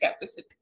capacity